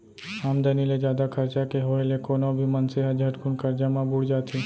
आमदनी ले जादा खरचा के होय ले कोनो भी मनसे ह झटकुन करजा म बुड़ जाथे